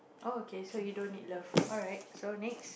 oh okay so you don't need love alright so next